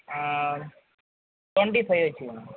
twenty five வச்சிக்கிலாம்